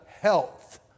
health